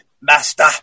Master